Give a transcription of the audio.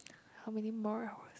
how many more I was